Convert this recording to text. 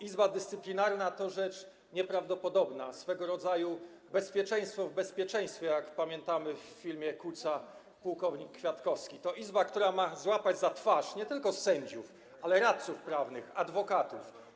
Izba Dyscyplinarna to rzecz nieprawdopodobna, swego rodzaju bezpieczeństwo w bezpieczeństwie, a jak pamiętamy w filmie Kutza „Pułkownik Kwiatkowski”, to izba, która ma złapać za twarz nie tylko sędziów, ale też radców prawnych, adwokatów.